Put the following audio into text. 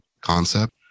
concept